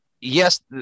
yes